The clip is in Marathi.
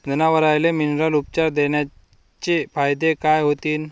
जनावराले मिनरल उपचार देण्याचे फायदे काय होतीन?